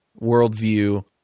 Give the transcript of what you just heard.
worldview